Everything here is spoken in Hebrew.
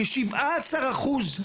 כשבעה עשר אחוז.